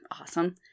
awesome